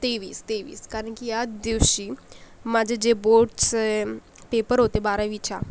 तेवीस तेवीस कारण की यात दिवशी माझे जे बोर्डचे म् पेपर होते बारावीच्या